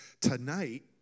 tonight